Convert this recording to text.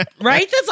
Right